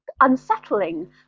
unsettling